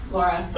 Laura